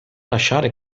lasciare